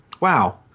wow –